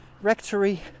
rectory